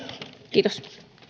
kiitos